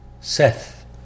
Seth